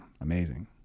amazing